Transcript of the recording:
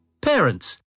Parents